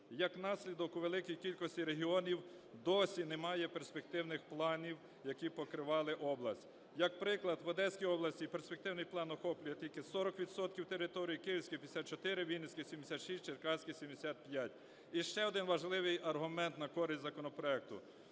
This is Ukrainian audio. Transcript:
Як наслідок, у великій кількості регіонів досі немає перспективних планів, які б покривали область. Як приклад, в Одеській області перспективний план охоплює тільки 40 відсотків територій, в Київській – 54, у Вінницькій - 56, Черкаській – 75. І ще один важливий аргумент на користь законопроекту: